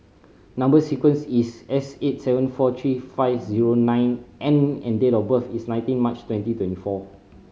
number sequence is S eight seven four three five zero nine N and date of birth is nineteen March twenty twenty four